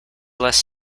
less